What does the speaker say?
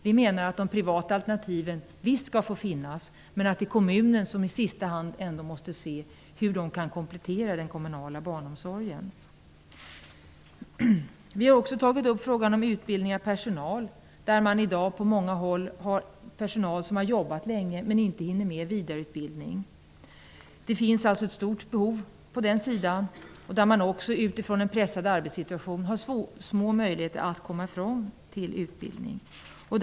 Vi menar att de privata alternativen visst skall få finnas men att det är kommunen som i sista hand ändå måste ta reda på hur dessa kan komplettera den kommunala barnomsorgen. Vi har också tagit upp frågan om utbildning av personal. Man har i dag på många håll personal som har jobbat länge men som inte hinner med vidareutbildning. Det finns alltså ett stort behov av sådan utbildning, och personalen har också på grund av en pressad arbetssituation små möjligheter att gå ifrån arbetet för att delta i utbildning.